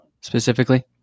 specifically